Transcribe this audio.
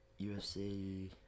UFC